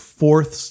fourth